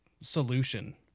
solution